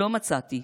לא מצאתי.